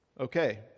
Okay